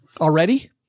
Already